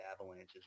avalanches